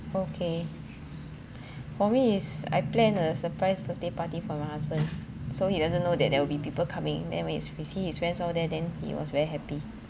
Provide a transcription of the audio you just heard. okay for me is I plan a surprise birthday party for my husband so he doesn't know that there will be people coming then we when he see his friends all there then he was very happy